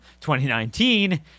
2019